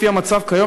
לפי המצב כיום,